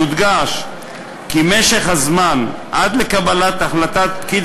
יודגש כי משך הזמן עד לקבלת החלטת פקיד